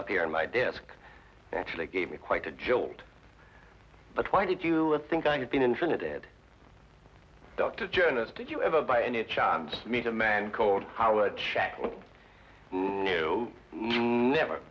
up here on my desk actually gave me quite a jolt but why did you think i had been in trinidad dr journalist did you ever by any chance meet a man called howard check you never